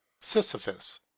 Sisyphus